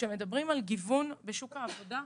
כשמדברים על גיוון בשוק העבודה,